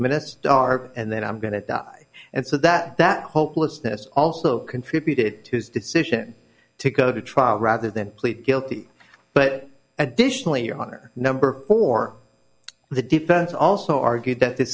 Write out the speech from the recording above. star and then i'm going to die and so that that hopelessness also contributed to his decision to go to trial rather than plead guilty but additionally your honor number four the defense also argued that th